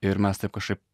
ir mes taip kažkai